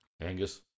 Angus